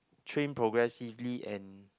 train progressively and